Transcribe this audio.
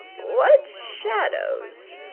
what shadows?